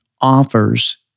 offers